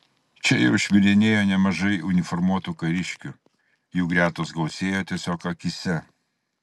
čia jau šmirinėjo nemažai uniformuotų kariškių jų gretos gausėjo tiesiog akyse